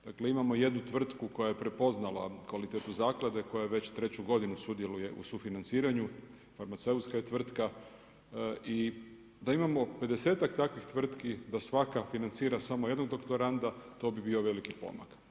Dakle, imamo jednu tvrtku koja je prepoznala kvalitetu zaklade koja već treću godinu sudjeluje u sufinanciranju, farmaceutska je tvrtka i da imamo pedesetak takvih tvrtki da svaka financira samo jednog doktoranda to bi bio veliki pomak.